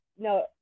no